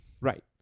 Right